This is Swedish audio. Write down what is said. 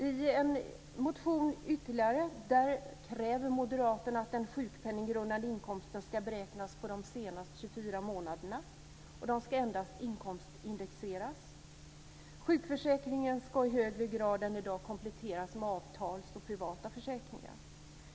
I en ytterligare motion kräver moderaterna att den sjukpenninggrundande inkomsten ska beräknas på de senaste 24 månaderna, och den ska endast inkomstindexeras. Sjukförsäkringen ska i högre grad än i dag kompletteras med avtalsförsäkringar och privata försäkringar.